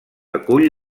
acull